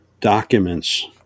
documents